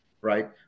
right